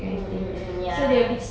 mm mm mm ya